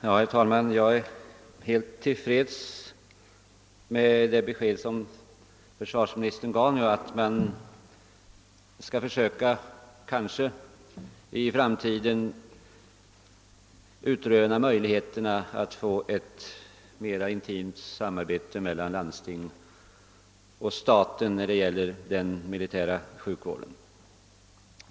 Herr talman! Jag är helt tillfreds med det besked som försvarsministern gav, nämligen att man skall försöka att i framtiden utröna möjligheterna att få ett mera intimt samarbete mellan landstingen och staten när det gäller den militära sjukvården.